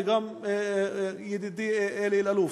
וגם ידידי אלי אלאלוף,